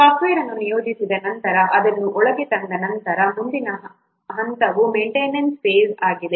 software ಅನ್ನು ನಿಯೋಜಿಸಿದ ನಂತರ ಅದನ್ನು ಬಳಕೆಗೆ ತಂದ ನಂತರ ಮುಂದಿನ ಹಂತವು ಮೇಂಟೆನೆನ್ಸ್ ಫೇಸ್ ಆಗಿದೆ